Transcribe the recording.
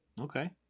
Okay